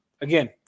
again